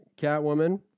Catwoman